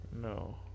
No